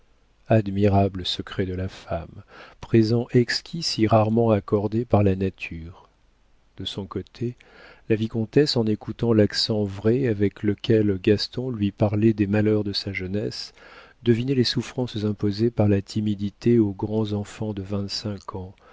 admirable secret de la femme présent exquis si rarement accordé par la nature de son côté la vicomtesse en écoutant l'accent vrai avec lequel gaston lui parlait des malheurs de sa jeunesse devinait les souffrances imposées par la timidité aux grands enfants de vingt-cinq ans